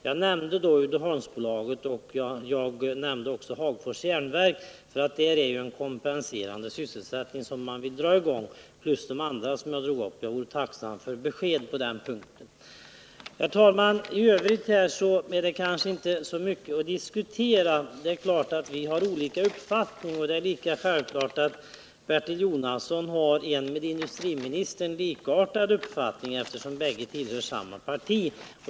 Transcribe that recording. Jag nämnde Uddeholmsbolaget och även Hagfors Järnverk, eftersom man där vill sätta i gång kompletterande sysselsättningsobjekt. Jag vore tacksam för besked på den punkten. Herr talman! I övrigt är det kanske inte så mycket att diskutera ytterligare. Självfallet har Bertil Jonasson en uppfattning likartad den som industriministern har, eftersom de bägge tillhör samma parti.